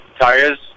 tires